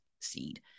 seed